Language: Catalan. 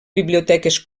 biblioteques